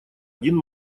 один